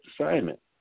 assignment